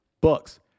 Books